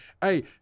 Hey